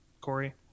Corey